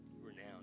renowned